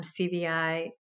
CVI